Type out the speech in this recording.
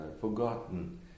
forgotten